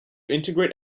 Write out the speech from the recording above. integrate